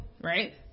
right